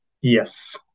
Yes